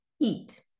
eat